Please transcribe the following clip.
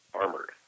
armored